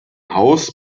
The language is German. haus